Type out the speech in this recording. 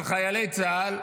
על חיילי צה"ל,